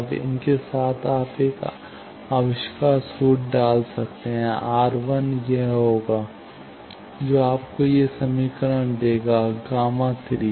अब इसके साथ आप इसे आविष्कार सूत्र डाल सकते हैं R11 यह होगा जो आपको ये समीकरण देगा गामा 3